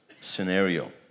scenario